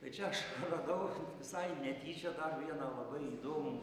tai čia aš radau visai netyčia dar vieną labai įdomų